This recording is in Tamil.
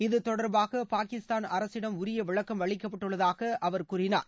இது தொடர்பாக பாகிஸ்தான் அரசிடம் உரிய விளக்கம் அளிக்கப்பட்டுள்ளதாக அவர் கூறினார்